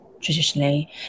traditionally